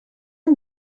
amb